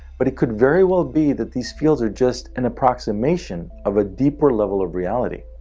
but it could very well be that these fields are just an approximation of a deeper level of reality,